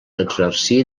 exercí